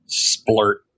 splurt